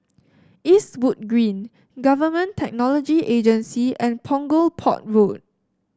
Eastwood Green Government Technology Agency and Punggol Port Road